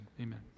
amen